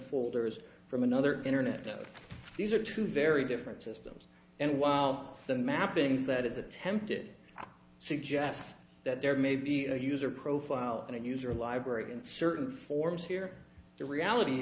falters from another internet these are two very different systems and while the mappings that is attempted suggest that there may be a user profile and user library in certain forms here the reality